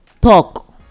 talk